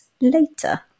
later